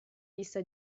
vista